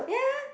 yeah